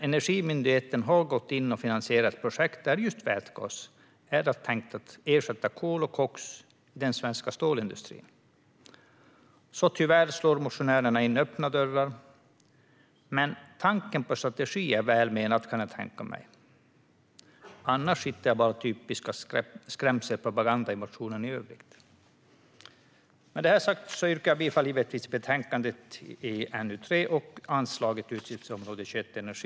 Energimyndigheten har dock gått in och finansierat projekt där just vätgas är tänkt att ersätta kol och koks i den svenska stålindustrin, så tyvärr slår motionären in öppna dörrar. Men tanken på en strategi är välmenad, kan jag tänka mig. I motionen i övrigt hittar jag bara typisk skrämselpropaganda. Med det här sagt yrkar jag givetvis bifall till förslaget i betänkande NU 3 och anslaget till utgiftsområde 21 Energi.